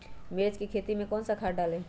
मिर्च की खेती में कौन सा खाद डालें?